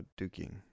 Duking